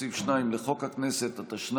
עם הפסקת חברותו בכנסת של עמיר פרץ,